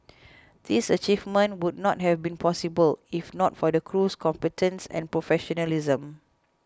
these achievements would not have been possible if not for the crew's competence and professionalism